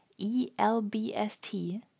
ELBST